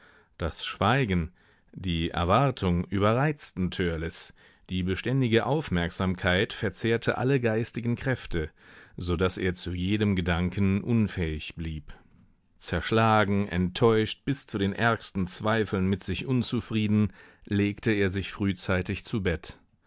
das schweigen die erwartung überreizten törleß die beständige aufmerksamkeit verzehrte alle geistigen kräfte so daß er zu jedem gedanken unfähig blieb zerschlagen enttäuscht bis zu den ärgsten zweifeln mit sich unzufrieden legte er sich frühzeitig zu bett